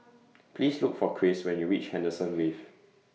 Please Look For Chris when YOU REACH Henderson Wave